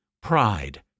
Pride